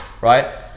right